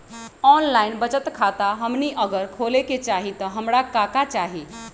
Online बचत खाता हमनी अगर खोले के चाहि त हमरा का का चाहि?